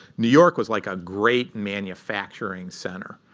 new york was like a great manufacturing center.